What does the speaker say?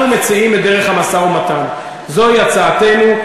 אנחנו מציעים את המשא-ומתן, זו הצעתנו.